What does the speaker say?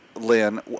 Lynn